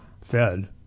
Fed